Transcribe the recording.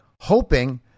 hoping